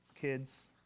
kids